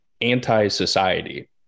anti-society